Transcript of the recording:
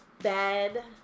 bed